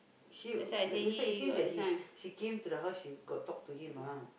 she~ that's why it seems that he he came to the house she got talk to him ah